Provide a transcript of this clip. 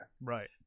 Right